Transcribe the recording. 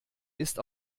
ist